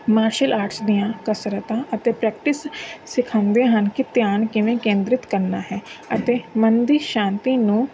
martial arts ਦੀਆਂ ਕਸਰਤਾਂ ਅਤੇ ਪ੍ਰੈਕਟਿਸ ਸਿਖਾਉਂਦੇ ਹਨ ਕਿ ਧਿਆਨ ਕਿਵੇਂ ਕੇਂਦਰਿਤ ਕਰਨਾ ਹੈ ਅਤੇ ਮਨ ਦੀ ਸ਼ਾਂਤੀ ਨੂੰ